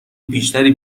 بیشتری